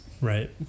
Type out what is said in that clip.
right